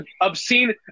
Obscene